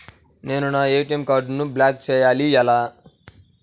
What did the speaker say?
నేను నా ఏ.టీ.ఎం కార్డ్ను బ్లాక్ చేయాలి ఎలా?